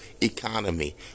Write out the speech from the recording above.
economy